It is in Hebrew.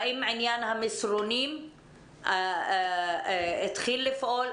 האם עניין המסרונים התחיל לפעול?